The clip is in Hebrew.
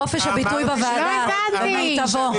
חופש הביטוי בוועדה במיטבו.